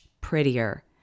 prettier